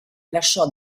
lasciò